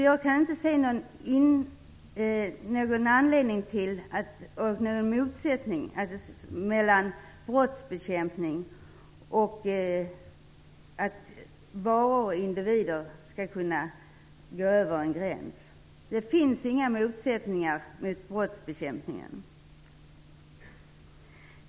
Jag kan inte se någon motsättning mellan brottsbekämpning och att varor och individer skall kunna gå över en gräns. Det finns inga motsättningar i förhållande till brottsbekämpningen.